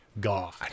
God